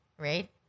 Right